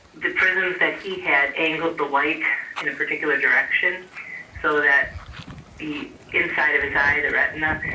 the prisms that he had angled the light in a particular direction so that the inside of his eye, the retina,